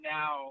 now